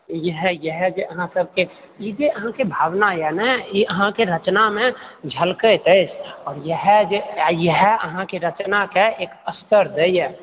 इएह इएह जे अहाँ सबके ई जे अहाँके भावना यऽ ने ई जे अहाँके रचना मे झलकैत अछि आब इएह जे इएह अहाँके रचना के एक स्तर दै यऽ